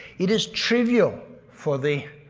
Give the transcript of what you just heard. it is trivial for the.